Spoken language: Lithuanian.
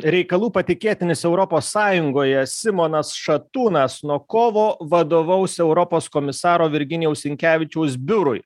reikalų patikėtinis europos sąjungoje simonas šatūnas nuo kovo vadovaus europos komisaro virginijaus sinkevičiaus biurui